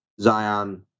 Zion